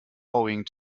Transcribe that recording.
owing